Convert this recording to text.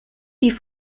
die